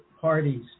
parties